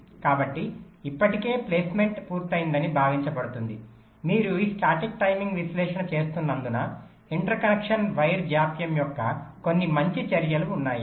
కాబట్టి ఇప్పటికే ప్లేస్మెంట్ పూర్తయిందని భావించబడుతుంది మీరు ఈ స్టాటిక్ టైమింగ్ విశ్లేషణ చేస్తున్నందున ఇంటర్ కనెక్షన్ వైర్ జాప్యం యొక్క కొన్ని మంచి చర్యలు ఉన్నాయి